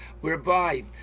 Whereby